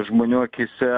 žmonių akyse